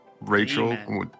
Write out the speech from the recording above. Rachel